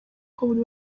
buri